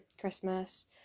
Christmas